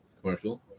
commercial